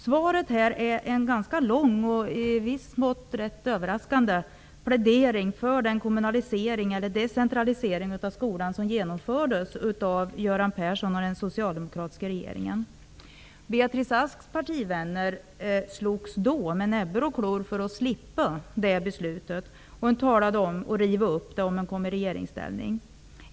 Svaret är en ganska lång och i viss mån överraskande plädering för den kommunalisering, eller decentralisering, som genomfördes av Göran Beatrice Asks partivänner slogs då med näbbar och klor mot det beslutet. Man talade om att riva upp beslutet, om man kom i regeringsställning.